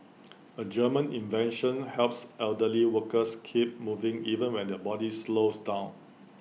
A German invention helps elderly workers keep moving even when their body slows down